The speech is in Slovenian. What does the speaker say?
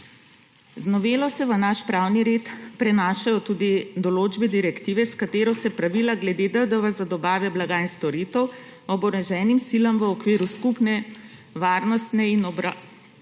Z novelo se v naš pravni red prenašajo tudi določbe direktive, s katero se pravila glede DDV za dobave blaga in storitev oboroženim silam v okviru skupne varnostne in obrambne